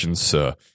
sir